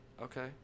Okay